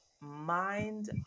mind